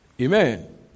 Amen